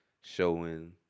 showing